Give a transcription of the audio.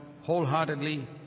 wholeheartedly